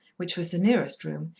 which was the nearest room,